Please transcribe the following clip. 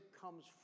comes